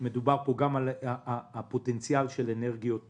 מדובר גם על פוטנציאל של אנרגיות